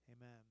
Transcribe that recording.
Amen